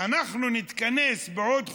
אנחנו נתכנס בעוד חודשיים,